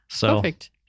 Perfect